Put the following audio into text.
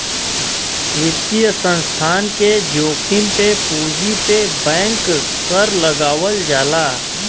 वित्तीय संस्थान के जोखिम पे पूंजी पे बैंक कर लगावल जाला